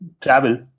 travel